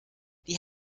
die